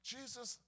Jesus